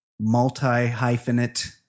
multi-hyphenate